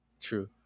True